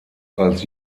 als